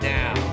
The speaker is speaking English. now